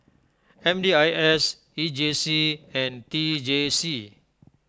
M D I S E J C and T J C